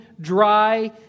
dry